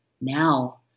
now